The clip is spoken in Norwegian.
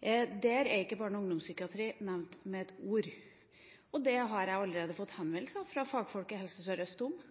Der er ikke barne- og ungdomspsykiatri nevnt med ett ord. Det har jeg allerede fått henvendelser om fra fagfolk i Helse Sør-Øst, at de har fått klar beskjed om